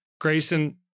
Grayson